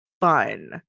fun